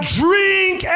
drink